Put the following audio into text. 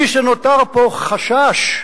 מי שנותר פה חשש,